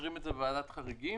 זה לא קרה הרגע.